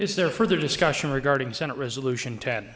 is there further discussion regarding senate resolution ten